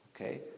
Okay